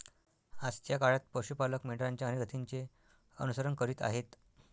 आजच्या काळात पशु पालक मेंढरांच्या अनेक जातींचे अनुसरण करीत आहेत